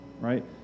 right